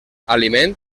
aliment